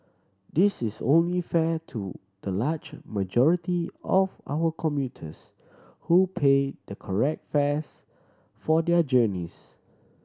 this is only fair to the large majority of our commuters who pay the correct fares for their journeys